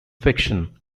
fiction